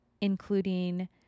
including